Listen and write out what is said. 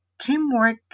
teamwork